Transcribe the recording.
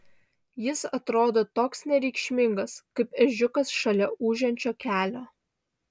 jis atrodo toks nereikšmingas kaip ežiukas šalia ūžiančio kelio